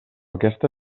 aquesta